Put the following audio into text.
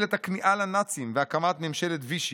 את הכניעה לנאצים והקמת ממשלת וישי,